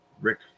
Rick